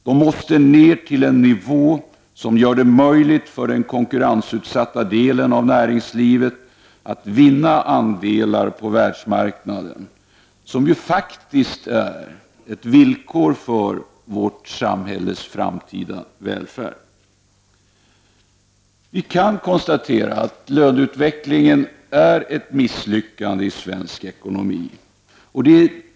De måste ned till en nivå som gör det möjligt för den konkurrensutsatta delen av näringslivet att vinna andelar på världsmarknaden. Detta är faktiskt ett villkor för vårt samhälles framtida välfärd. Vi kan konstatera att löneutvecklingen är ett misslyckande i svensk ekonomi.